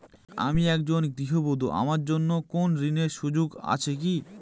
আমি একজন গৃহবধূ আমার জন্য কোন ঋণের সুযোগ আছে কি?